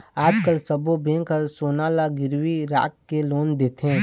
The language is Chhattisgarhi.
आजकाल सब्बो बेंक ह सोना ल गिरवी राखके लोन देथे